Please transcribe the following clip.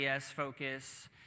focus